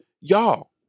Y'all